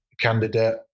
candidate